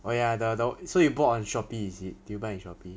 oh ya the the so you bought on shopee is it you buy on shopee